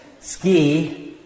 ski